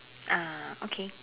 ah okay